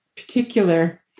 particular